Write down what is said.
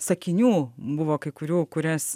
sakinių buvo kai kurių kurias